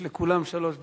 יש לכולם שלוש דקות.